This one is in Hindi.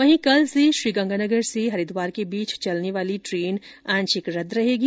वहीं कल से श्रीगंगानगर से हरिद्वार के बीच चलने वाली ट्रेन को आंशिक रदद रहेगी